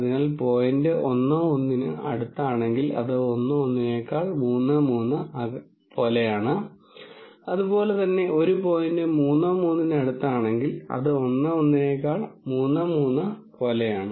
അതിനാൽ ഒരു പോയിന്റ് 1 1 ന് അടുത്താണെങ്കിൽ അത് 1 1 നേക്കാൾ 3 3 പോലെയാണ് അതുപോലെ തന്നെ ഒരു പോയിന്റ് 3 3 ന് അടുത്താണെങ്കിൽ അത് 1 1 നെക്കാൾ 3 3 പോലെയാണ്